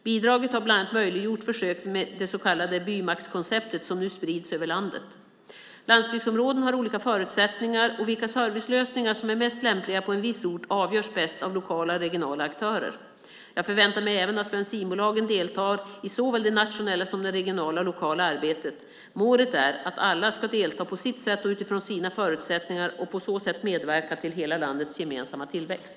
Bidraget har bland annat möjliggjort försöket med det så kallade bymackskonceptet som nu sprids över landet. Landsbygdsområden har olika förutsättningar, och vilka servicelösningar som är mest lämpliga på en viss ort avgörs bäst av lokala och regionala aktörer. Jag förväntar mig att även bensinbolagen deltar i såväl det nationella som det regionala och lokala arbetet. Målet är att alla ska delta på sitt sätt och utifrån sina förutsättningar och på så sätt medverka till hela landets gemensamma tillväxt.